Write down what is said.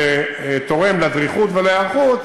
שתורם לדריכות ולהיערכות,